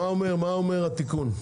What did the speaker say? מה אומר התיקון?